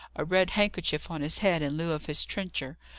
a red handkerchief on his head in lieu of his trencher,